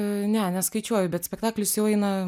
ne neskaičiuoju bet spektaklis jau eina